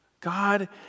God